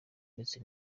ndetse